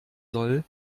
soll